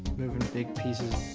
moving big pieces